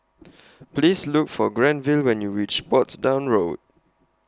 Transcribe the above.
Please Look For Granville when YOU REACH Portsdown Road